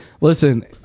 listen